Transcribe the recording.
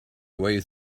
way